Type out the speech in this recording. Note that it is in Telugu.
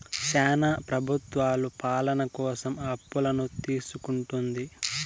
శ్యానా ప్రభుత్వాలు పాలన కోసం అప్పులను తీసుకుంటుంది